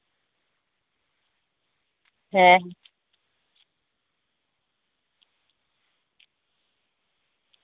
ᱦᱮᱸ